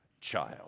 child